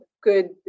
good